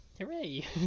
Hooray